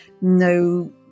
No